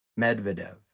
Medvedev